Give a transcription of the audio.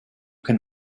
can